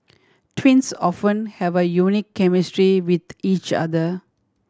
twins often have a unique chemistry with each other